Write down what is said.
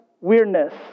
weirdness